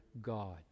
God